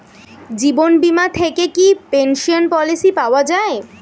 জীবন বীমা থেকে কি পেনশন পলিসি পাওয়া যায়?